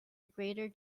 greater